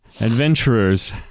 adventurers